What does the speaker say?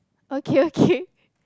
okay okay